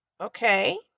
Okay